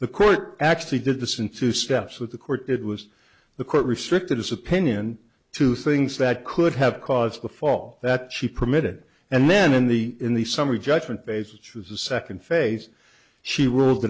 the court actually did this in two steps with the court it was the court restricted his opinion to things that could have caused the fall that she permitted and then in the in the summary judgment basis to the second phase she rule